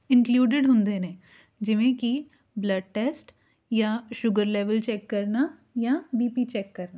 included ਹੁੰਦੇ ਨੇ ਜਿਵੇਂ ਕਿ ਬਲੱਡ ਟੈਸਟ ਜਾਂ ਸ਼ੂਗਰ ਲੈਵਲ ਚੈੱਕ ਕਰਨਾ ਜਾਂ ਬੀ ਪੀ ਚੈੱਕ ਕਰਨਾ